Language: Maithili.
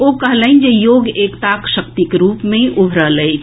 ओ कहलनि जे योग एकताक शक्तिक रूप मे उभरल अछि